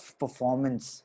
performance